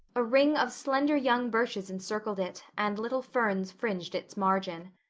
a ring of slender young birches encircled it and little ferns fringed its margin.